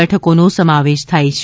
બેઠકોનો સમાવેશ થાય છે